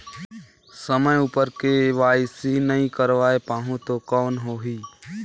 समय उपर के.वाई.सी नइ करवाय पाहुं तो कौन होही?